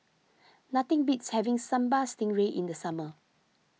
nothing beats having Sambal Stingray in the summer